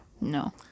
No